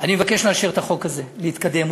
אני מבקש לאשר את החוק הזה, להתקדם.